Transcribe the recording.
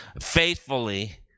faithfully